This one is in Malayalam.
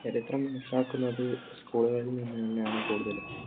ചരിത്രം മനസ്സിലാക്കുന്നത് സ്കൂളുകളിൽ നിന്ന് തന്നെയാണ് കൂടുതലും